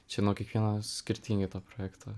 čia nuo kiekvieno skirtingai to projekto